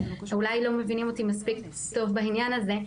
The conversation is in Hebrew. אולי לא מבינים אותי מספיק טוב בעניין הזה,